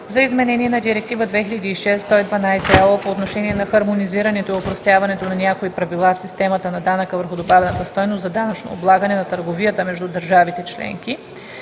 за изменение на Директива 2006/112/ЕО по отношение на хармонизирането и опростяването на някои правила от системата на данъка върху добавената стойност за данъчно облагане на търговията между държавите членки